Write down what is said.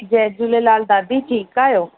जय झूलेलाल दादी ठीकु आहियो